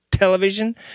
Television